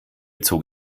zog